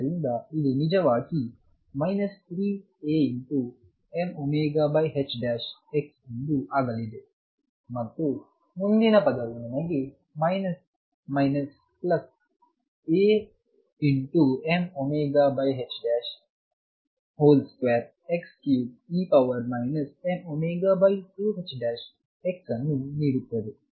ಆದ್ದರಿಂದ ಇದು ನಿಜವಾಗಿ 3Amωx ಎಂದು ಆಗಲಿದೆ ಮತ್ತು ಮುಂದಿನ ಪದವು ನನಗೆ ಮೈನಸ್ ಮೈನಸ್minus ಪ್ಲಸ್ Amω2x3e mω2ℏx2ಅನ್ನು ನೀಡುತ್ತದೆ